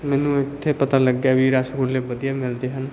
ਮੈਨੂੰ ਇੱਥੇ ਪਤਾ ਲੱਗਿਆ ਵੀ ਰਸਗੁੱਲੇ ਵਧੀਆ ਮਿਲਦੇ ਹਨ